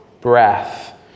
breath